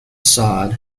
facade